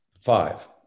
Five